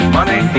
Money